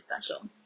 special